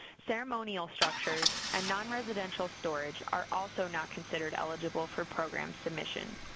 ceremonial structures, and nonresidential storage are also not considered eligible for program submission.